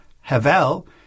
havel